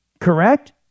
Correct